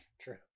True